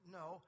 no